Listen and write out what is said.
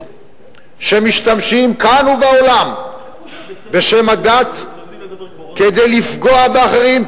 שמשתמשים כאן ובעולם בשם הדת כדי לפגוע באחרים,